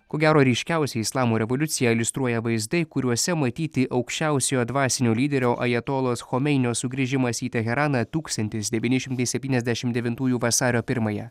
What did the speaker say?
ko gero ryškiausiai islamo revoliuciją iliustruoja vaizdai kuriuose matyti aukščiausiojo dvasinio lyderio ajatolos chomeinio sugrįžimas į teheraną tūkstantis devyni šimtai septyniasdešimt devintųjų vasario pirmąją